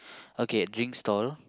okay drink stall